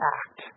act